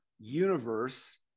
universe